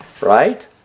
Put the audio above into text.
Right